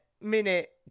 minute